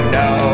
no